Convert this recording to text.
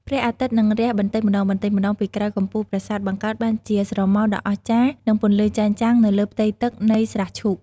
ព្រះអាទិត្យនឹងរះបន្តិចម្តងៗពីក្រោយកំពូលប្រាសាទ បង្កើតបានជាស្រមោលដ៏អស្ចារ្យនិងពន្លឺចែងចាំងនៅលើផ្ទៃទឹកនៃស្រះឈូក។